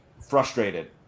frustrated